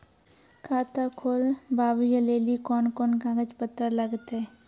खाता खोलबाबय लेली कोंन कोंन कागज पत्तर लगतै?